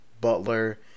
Butler